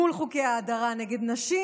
מול חוקי ההדרה נגד נשים.